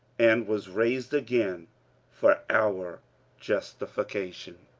and was raised again for our justification.